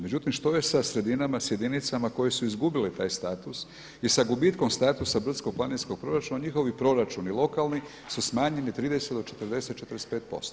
Međutim, što je sa sredinama, sa jedinicama koje su izgubile taj status i sa gubitkom statusa brdsko-planinskog proračuna njihovi proračuni lokalni su smanjeni 30 do 40, 45%